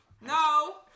No